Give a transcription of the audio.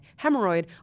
hemorrhoid